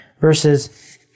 versus